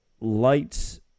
lights